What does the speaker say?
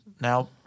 now